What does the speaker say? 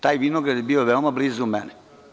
Taj vinograd je bio veoma blizu mene.